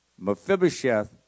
Mephibosheth